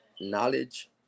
knowledge